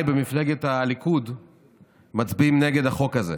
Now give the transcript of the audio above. במפלגת הליכוד מצביעים נגד החוק הזה.